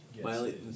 Miley